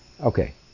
okay